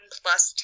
plus